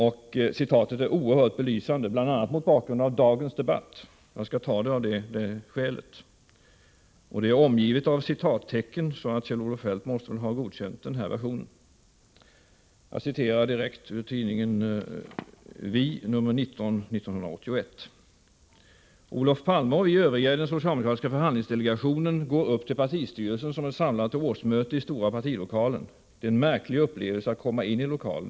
Citatet är oerhört belysande, bl.a. mot bakgrund av dagens debatt, och jag skall läsa upp det av det skälet. Det är omgivet av citationstecken, så Kjell-Olof Feldt måste väl ha godkänt den här versionen. Jag citerar direkt ur tidningen Vi nr 19 år 1981. ”Olof Palme och vi övriga i den socialdemokratiska förhandlingsdelegationen går upp till partistyrelsen, som är samlad till årsmöte i stora partilokalen. Det är en märklig upplevelse att komma in i lokalen.